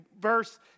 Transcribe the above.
verse